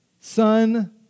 son